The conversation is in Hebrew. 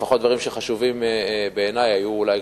לפחות דברים שחשובים בעיני היו אולי,